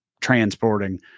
transporting